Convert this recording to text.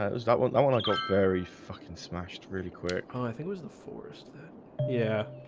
it was that one i one i got very fucking smashed really quick um i think was the forest yeah